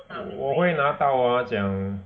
我会拿到我讲